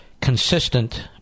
consistent